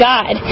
God